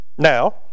Now